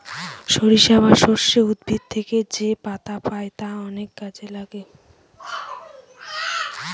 সরিষা বা সর্ষে উদ্ভিদ থেকে যেপাতা পাই তা অনেক কাজে লাগে